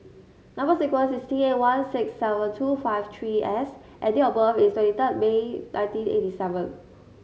number sequence is T eight one six seven two five three S and date of birth is twenty third May nineteen eighty seven